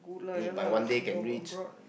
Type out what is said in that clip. by one day can reach